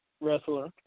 wrestler